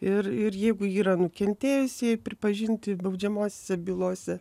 ir ir jeigu yra nukentėjusieji pripažinti baudžiamosiose bylose